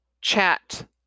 chat